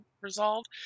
resolved